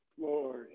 Lord